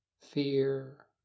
fear